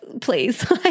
please